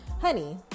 Honey